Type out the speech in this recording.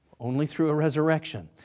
only through a resurrection.